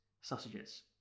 sausages